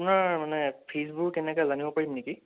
আপোনাৰ মানে ফীজবোৰ কেনেকে জানিব পাৰিম নেকি